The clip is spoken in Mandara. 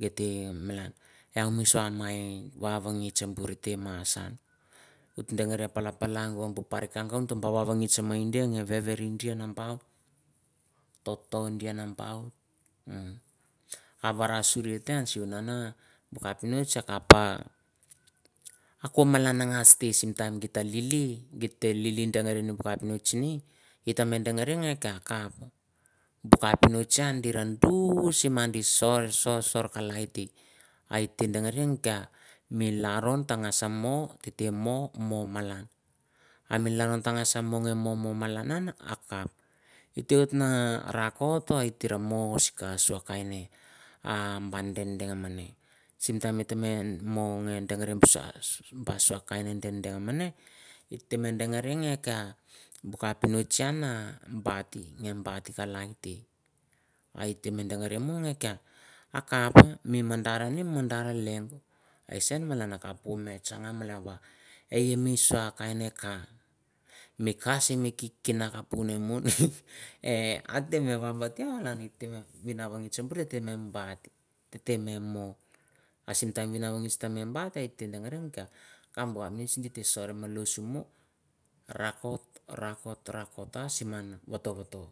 Geit te malan, iau mi sua mai vavangits te ma saun, ut ta deri e palapalaung o bu parikaung utei ba vavangits mei dia nge veveria dia nambaut, tot to dia nambaut hummm 'a varasuria te an sivunan bu kapinots ako malan ngas te. Sim taim geit ta lili, geit te lili dengaria bu kapinots ni, it ta me dengari ngen kea a kap bu kapinots on di ra duis ma di sor sor sor kalai te. I te dengari nge kea mi lalron ta ngas me, tete mo, mo malan a mi lalron ta ngas momo malan an akap i te oit na rokot et ra mo sika sua kaine a ba dengdeng mane. Sim taim et me mo nge dengari busa ba sua kain ba dengdeng mane, it te me dengare nge kea bu kapinots an a baiti nge bait kalai te, a i te me dengari mo nge kea a kapa mi mandar ni mi mandarlengo. akesen a kap ko me tsanga va e i mi sua kaine ka. Mi ka simi kik kina kapuin ne e a te me vambate, a malana mi vinvangits bor tete me bat, teteme mo. A sim taim mi vinavangits tete me bat it te dengari va bu kapinots gi te sor molos mo rakotrakot rakot ra sirman voto voto.